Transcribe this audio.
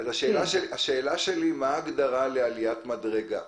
השאלה שלי היא מה ההגדרה לעליית מדרגה.